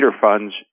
funds